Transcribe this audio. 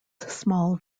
small